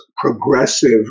progressive